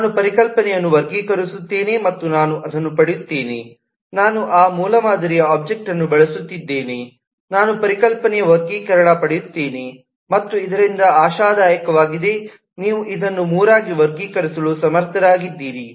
ನಾನು ಪರಿಕಲ್ಪನೆಯನ್ನು ವರ್ಗೀಕರಿಸುತ್ತೇನೆ ಮತ್ತು ನಾನು ಅದನ್ನು ಪಡೆಯುತ್ತೇನೆ ನಾನು ಆ ಮೂಲಮಾದರಿಯ ಒಬ್ಜೆಕ್ಟ್ ಅನ್ನು ಬಳಸುತ್ತಿದ್ದೇನೆ ನಾನು ಪರಿಕಲ್ಪನೆಯ ವರ್ಗೀಕರಣ ಪಡೆಯುತ್ತೇನೆ ಮತ್ತು ಇದರಿಂದ ಆಶಾದಾಯಕವಾಗಿ ನೀವು ಇದನ್ನು ಮೂರಾಗಿ ವರ್ಗೀಕರಿಸಲು ಸಮರ್ಥರಾಗಿದ್ದೀರಿ